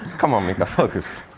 c'mon miikka, focus!